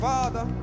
Father